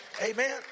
Amen